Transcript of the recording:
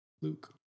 Luke